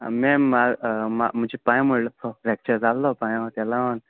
ma'am मा मा म्हजे पांय मोडला फ्रॅक्चर जाल्लो पांय ते लागोन